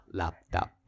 laptop